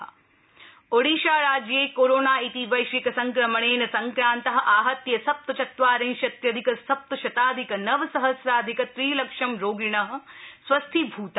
Odisha covid ओडिशाराज्ये corona इति वश्विक संक्रमणेन सङ्क्रान्ता आहत्य सप्त चत्वारिंशत्यधिक सप्त शताधिक नव सहस्राधिक त्रिलक्षं रोगिण स्वस्थीभूता